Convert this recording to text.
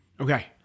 Okay